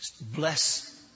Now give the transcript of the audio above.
Bless